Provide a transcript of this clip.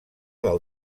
del